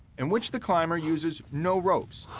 in which the climber uses no ropes,